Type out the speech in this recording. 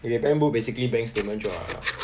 okay bank book basically bank statement 就好 liao